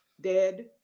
dead